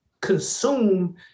consume